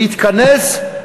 להתכנס,